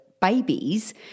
babies